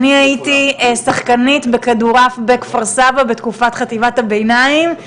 הייתי שחקנית כדורעף בכפר סבא בתקופת חטיבת הביניים.